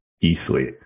easily